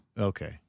Okay